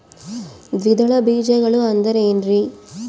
ದ್ವಿದಳ ಬೇಜಗಳು ಅಂದರೇನ್ರಿ?